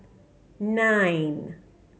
nine